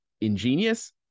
ingenious